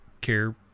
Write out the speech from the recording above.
care